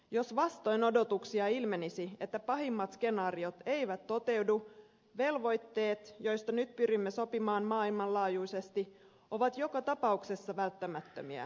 jos vastoin odotuksia ilmenisi että pahimmat skenaariot eivät toteudu velvoitteet joista nyt pyrimme sopimaan maailmanlaajuisesti ovat joka tapauksessa välttämättömiä